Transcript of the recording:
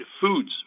foods